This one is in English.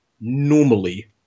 normally